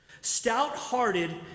Stout-hearted